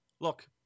Look